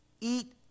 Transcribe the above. eat